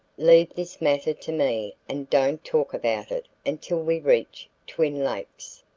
leave this matter to me and don't talk about it until we reach twin lakes.